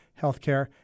healthcare